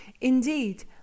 Indeed